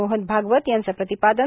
मोहन भागवत यांच प्रतिपादन